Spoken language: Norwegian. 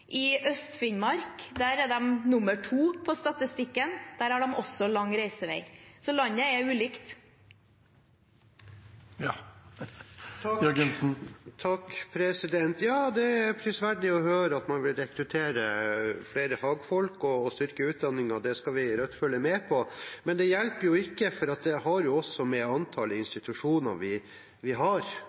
I Øst-Finnmark, som er nummer to på statistikken, har de også lang reisevei. Så landet er ulikt. Det er prisverdig å høre at man vil rekruttere flere fagfolk og styrke utdanningen, og det skal vi i Rødt følge med på. Men det hjelper jo ikke, for det har også å gjøre med antallet institusjoner vi har,